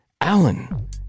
Alan